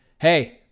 Hey